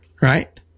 right